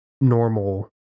normal